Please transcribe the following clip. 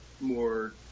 more